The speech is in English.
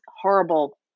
horrible